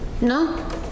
No